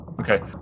Okay